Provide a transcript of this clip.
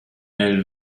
elle